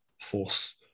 force